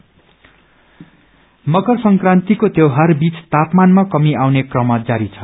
weather मकर संक्रन्तिको त्यौहार बीच तापमानमा कमी आउने क्रम जारी छ